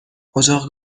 اجاق